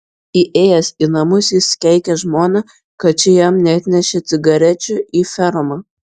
įėjęs į namus jis keikė žmoną kad ši jam neatnešė cigarečių į fermą